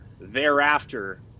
thereafter